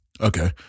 Okay